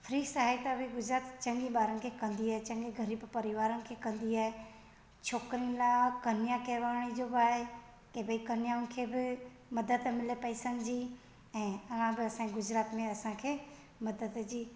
free सहायता बि गुजरात चङी ॿारनि खे कंदी आहे चङी ग़रीब परिवारनि खे कंदी आहे छोकिरियुनि लाइ कन्या केवाणी जेको आहे की भाई कन्याउनि खे बि मदद मिले पैसनि जी ऐं अञा बि असांजे गुजरात में असांखे मदद जी